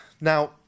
Now